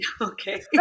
Okay